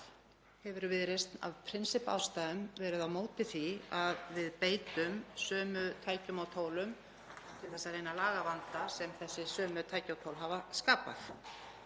hefur Viðreisn af prinsippástæðum verið á móti því að við beitum sömu tækjum og tólum til þess að reyna að laga vanda sem þessi sömu tæki og tól hafa skapað.